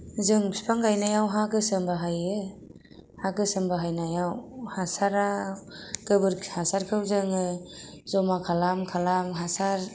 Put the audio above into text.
जों बिफां गायनायाव हा गोसोम बाहायो हा गोसोम बाहायनायाव हासारा गोबोरखि हासारखौ जोङो जमा खालाम खालाम हासार